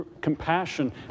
compassion